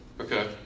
Okay